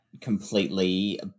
completely